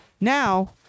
Now